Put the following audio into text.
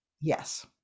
yes